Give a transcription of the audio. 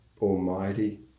almighty